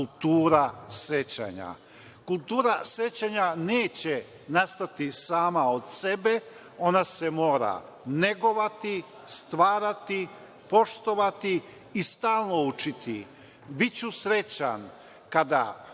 kultura sećanja. Kultura sećanja neće nastati sama od sebe, ona se mora negovati, stvarati, poštovati i stalno učiti. Biću srećan kada